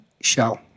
shell